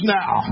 now